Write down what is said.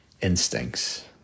instincts